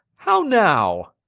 how now!